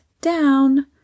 down